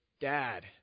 dad